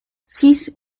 six